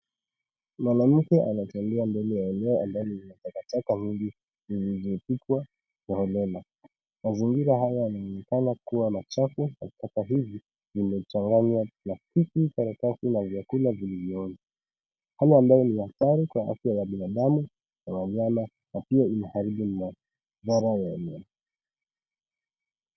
Mwanamke anatembea mbele ya eneo ambalo lina takataka mingi zilizotupwa kiholela. Mazingira haya yanaonekana kuwa machafu. Takataka hizi zimechanganya plastiki, karatasi na vyakula vilivyooza hali ambayo ni hatari kwa afya ya binadamu na wanyama na pia linaharibu mandhari ya eneo.